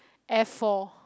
F four